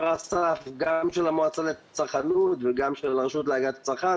אסף המועצה לצרכנות ושל הרשות להגנת הצרכן,